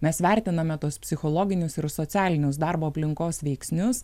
mes vertiname tuos psichologinius ir socialinius darbo aplinkos veiksnius